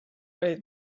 olid